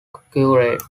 accurate